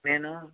నేను